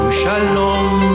shalom